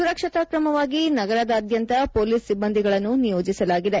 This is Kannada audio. ಸುರಕ್ಷತಾ ಕ್ರಮವಾಗಿ ನಗರದಾದ್ಯಂತ ಪೊಲೀಸ್ ಸಿಬ್ಬಂದಿಗಳನ್ನು ನಿಯೋಜಿಸಲಾಗಿದೆ